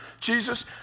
Jesus